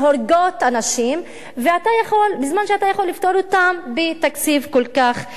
שהורגות אנשים בזמן שאתה יכול לפתור אותן בתקציב כל כך קטן.